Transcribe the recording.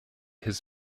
his